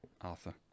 Arthur